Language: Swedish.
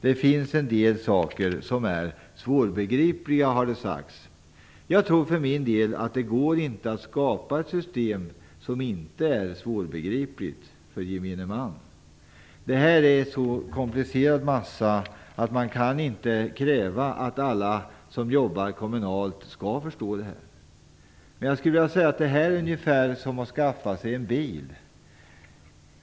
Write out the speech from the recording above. Det finns en del saker som är svårbegripliga, har det sagts. Jag tror för min del att det inte går att skapa ett system som inte är svårbegripligt för gemene man. Det här är en så komplicerad massa att man inte kan kräva att alla som jobbar kommunalt skall förstå detta. Jag skulle vilja säga att det här är ungefär som att skaffa sig en bil.